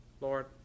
Lord